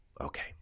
Okay